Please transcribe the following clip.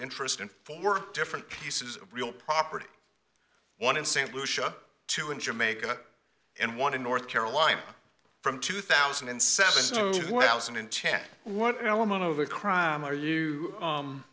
interest in four different pieces of real property one in st lucia two in jamaica and one in north carolina from two thousand and seven thousand and ten one element of the crime are you